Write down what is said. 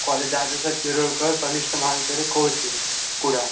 college Dadasaheb Tirodkar कनिष्ट महाविद्यालय कोळशी कुडाळ